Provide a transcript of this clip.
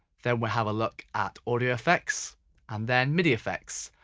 then we have a look at audio effects and then midi effects.